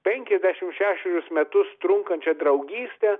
penkiasdešim šešerius metus trunkančią draugystę